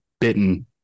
bitten